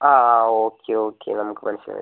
ആ ആ okay okay നമുക്ക് മനസ്സിലായി മനസ്സിലായി